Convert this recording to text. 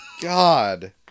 God